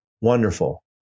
wonderful